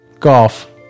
Golf